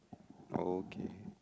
okay